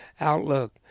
outlook